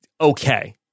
okay